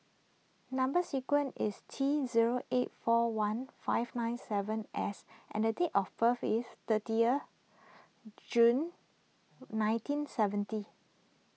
Number Sequence is T zero eight four one five nine seven S and the date of birth is thirty June nineteen seventy